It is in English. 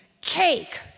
cake